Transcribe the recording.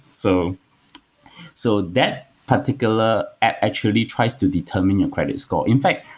so so that particular app actually tries to determine your credit score. in fact,